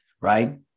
right